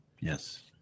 Yes